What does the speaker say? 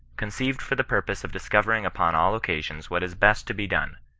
con ceived for the purpose of discovering upon all occasions what is best to be done,